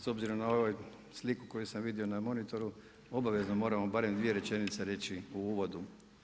S obzirom na ovu sliku koju sam vidio na monitoru, obavezno moram barem dvije rečenice reći u uvodu.